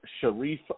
Sharif